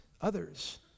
others